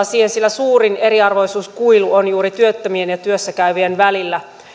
siihen sillä suurin eriarvoisuuskuilu on juuri työttömien ja työssäkäyvien välillä